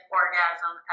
orgasm